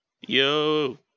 Yo